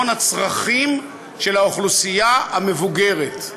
הצרכים של האוכלוסייה המבוגרת.